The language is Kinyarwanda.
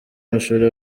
amashuri